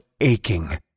aching